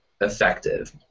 effective